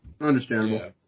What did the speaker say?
Understandable